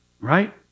right